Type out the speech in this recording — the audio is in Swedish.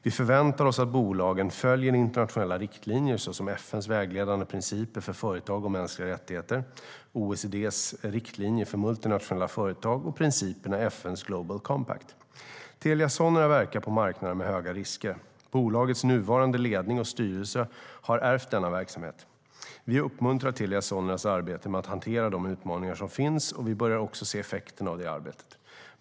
Vi förväntar oss att bolagen följer internationella riktlinjer såsom FN:s vägledande principer för företag och mänskliga rättigheter, OECD:s riktlinjer för multinationella företag och principerna i FN:s Global Compact. Telia Sonera verkar på marknader med höga risker. Bolagets nuvarande ledning och styrelse har ärvt denna verksamhet. Vi uppmuntrar Telia Soneras arbete med att hantera de utmaningar som finns, och vi börjar också se effekterna av det arbetet.